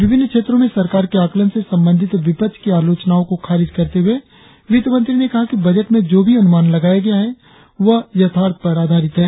विभिन्न क्षेत्रों में सरकार के आकलन से संबंधित विपक्ष की आलोचनाओं को खारीज करते हुए वित्तमंत्री ने कहा कि बजट में जो भी अनुमान लगाया गया है वह यथार्थ पर आधारित है